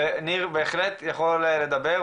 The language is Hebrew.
וניר בהחלט יכול לדבר.